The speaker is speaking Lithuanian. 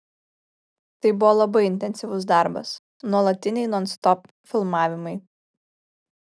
tai buvo labai intensyvus darbas nuolatiniai nonstop filmavimai